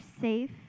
safe